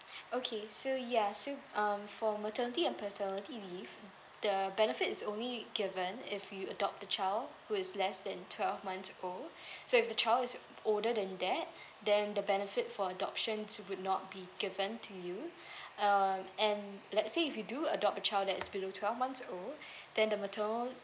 okay so ya so um for maternity and paternity leave the benefit is only given if you adopt the child who is less than twelve months old so if the child is older than that then the benefit for adoptions would not be given to you um and let's say if you do adopt a child that's below twelve months old then the maternal